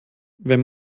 wenn